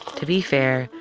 to be fair,